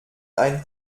ein